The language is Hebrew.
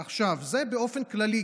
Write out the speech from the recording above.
עכשיו, זה באופן כללי.